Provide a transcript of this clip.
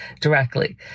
directly